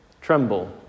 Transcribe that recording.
tremble